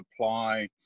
apply